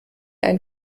ein